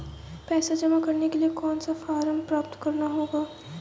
पैसा जमा करने के लिए कौन सा फॉर्म प्राप्त करना होगा?